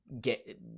get –